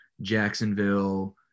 Jacksonville